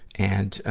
and, ah,